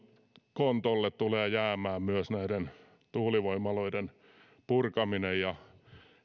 kontolle tulee jäämään myös näiden tuulivoimaloiden purkaminen ja